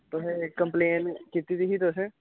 तुसें कंपलेन कीती दी ही तुसें